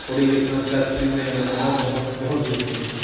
ਥੋੜ੍ਹੀ ਅ stress free ਹੋ ਜਾਂਦਾ ਬੰਦਾ ਬਹੁਤ ਬਹੁਤ ਖੁਸ਼ੀ ਮਿਲਦੀ ਹੈ